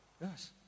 Yes